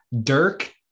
Dirk